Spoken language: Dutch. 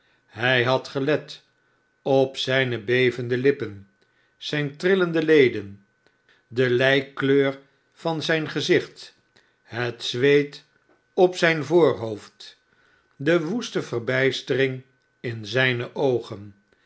hij had gelet op zijne bevende lippen zijne trillende leden de lijkkleur van zijn gezicht het zweet op zijn voorhoold de woeste verbijstering in zijne oogen